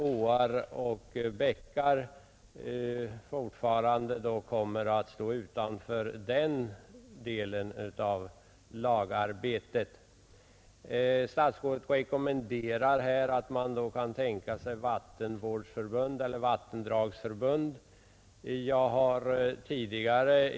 Åar och bäckar kommer alltjämt att stå utanför den delen av lagen. Statsrådet säger att då kan man tänka sig vattenvårdsförbund.